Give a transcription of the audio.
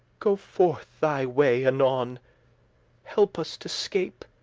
go forth thy way anon. help us to scape,